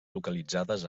localitzades